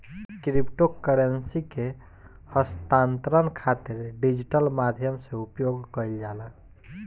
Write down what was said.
crypto currency के हस्तांतरण खातिर डिजिटल माध्यम से उपयोग कईल जाला